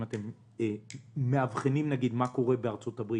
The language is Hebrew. אם אתם מאבחנים מה קורה בארצות-הברית